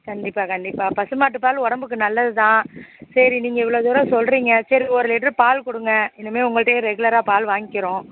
கண்டிப்பாக கண்டிப்பாக பசுமாட்டுப்பால் உடம்புக்கு நல்லதுதான் சரி நீங்கள் இவ்வளோ தூரம் சொல்கிறீங்க சரி ஒரு லிட்டர் பால் கொடுங்க இனிமேல் உங்கள்கிட்டையே ரெகுலராக பால் வாங்கிக்கிறோம்